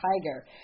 Tiger